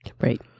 Right